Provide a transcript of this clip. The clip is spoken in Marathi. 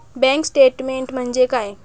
बँक स्टेटमेन्ट म्हणजे काय?